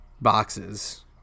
boxes